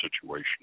situation